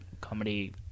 comedy